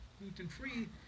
gluten-free